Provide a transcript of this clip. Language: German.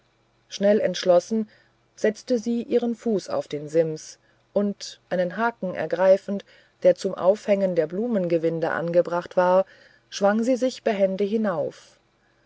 schnell entschlossen setzte sie ihren fuß auf den sims und einen haken ergreifend der zum aufhängen der blumengewinde angebracht war schwang sie sich behende hinauf